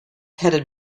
headed